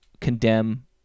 condemn